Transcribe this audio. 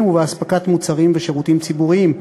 ובאספקת מוצרים ושירותים ציבוריים.